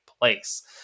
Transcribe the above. place